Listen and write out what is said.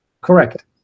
Correct